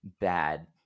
bad